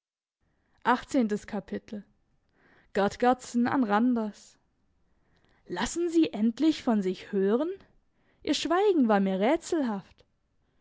gerd gerdsen an randers lassen sie endlich von sich hören ihr schweigen war mir rätselhaft